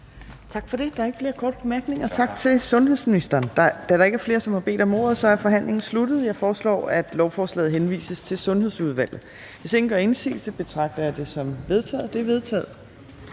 Tak for det. Der er ikke flere korte bemærkninger. Tak til sundhedsministeren. Da der ikke er flere, som har bedt om ordet, er forhandlingen sluttet. Jeg foreslår, at lovforslaget henvises til Sundhedsudvalget. Hvis ingen gør indsigelse, betragter jeg det som vedtaget. Det er vedtaget.